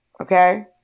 Okay